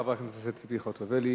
תודה רבה לחברת הכנסת ציפי חוטובלי.